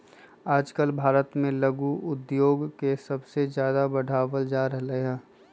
आजकल भारत में लघु उद्योग के सबसे ज्यादा बढ़ावल जा रहले है